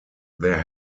there